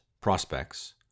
prospects